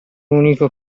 unico